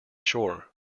shore